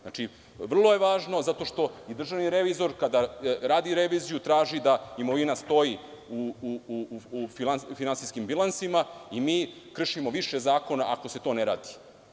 Znači, vrlo je važno zato što i državni revizor kada radi reviziju, traži da imovina stoji u finansijskim bilansima i mi kršimo više zakona ako se to ne radi.